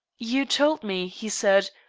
you told me, he said,